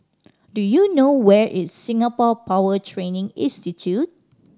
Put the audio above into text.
do you know where is Singapore Power Training Institute